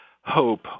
hope